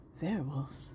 Werewolf